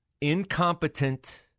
incompetent